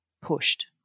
pushed